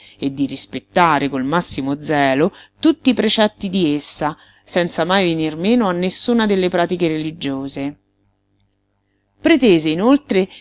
e di rispettare col massimo zelo tutti i precetti di essa senza mai venir meno a nessuna delle pratiche religiose pretese inoltre